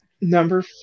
Number